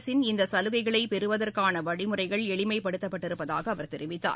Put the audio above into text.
அரசின் இந்த சலுகைகளை பெறுவதற்கான வழிமுறைகள் எளிமைப்படுத்தப்பட்டிருப்பதாக அவர் தெரிவித்தார்